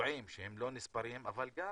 פצועים שהם לא נספרים, אבל גם